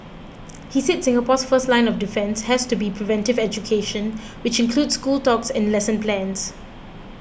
he said Singapore's first line of defence has to be preventive education which includes school talks and lesson plans